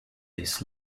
this